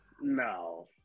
No